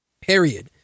period